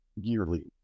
yearly